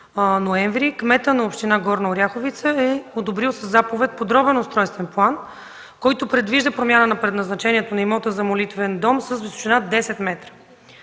кметът на община Горна Оряховица със заповед е одобрил подробен устройствен план, който предвижда промяна на предназначението на имота за молитвен дом с височина 10 метра.